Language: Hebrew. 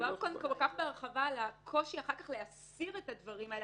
דובר כאן כל כך בהרחבה על הקושי אחר כך להסיר את הדברים האלה,